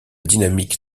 dynamique